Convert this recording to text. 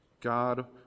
God